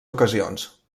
ocasions